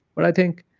but i think